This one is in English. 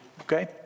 okay